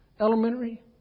elementary